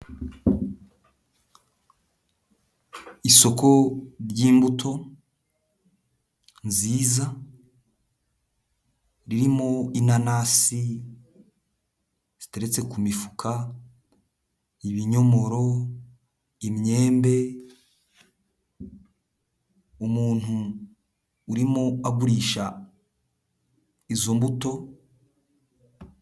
Isoko ry'imbuto nziza ririmo inanasi ziteretse ku mifuka ibinyomoro, imyembe umuntu urimo agurisha izo mbuto.